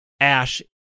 Ash